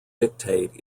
dictate